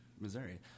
Missouri